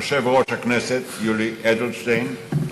יושב-ראש הכנסת יולי אדלשטיין,